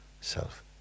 Self